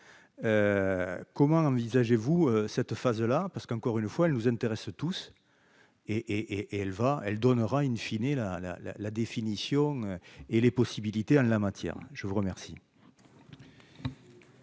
comment envisagez-vous cette phase-là, parce qu'encore une fois, elle nous intéresse tous et et et et elle va, elle donnera in fine et la la la la définition et les possibilités en la matière, je vous remercie.